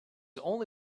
only